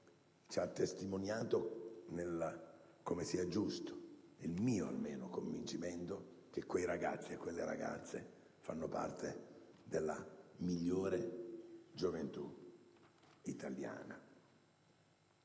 ci ha testimoniato come - questo è il mio convincimento - quei ragazzi e quelle ragazze facciano parte della migliore gioventù italiana.